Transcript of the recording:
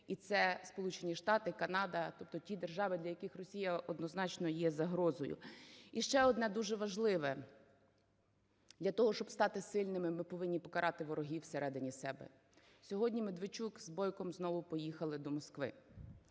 і це Сполучені Штати, Канада, тобто ті держави, для яких Росія однозначно є загрозою. І ще одне дуже важливе. Для того, щоб стати сильними, ми повинні покарати ворогів всередині у себе. Сьогодні Медведчук з Бойком знову поїхали до Москви.